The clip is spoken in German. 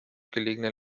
gelegenen